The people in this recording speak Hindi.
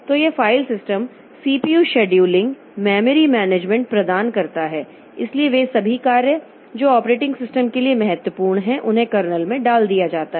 तो यह file system CPU scheduling memory management प्रदान करता है इसलिए वे सभी कार्य जो ऑपरेटिंग सिस्टम के लिए महत्वपूर्ण हैं उन्हें कर्नेल में डाल दिया जाता है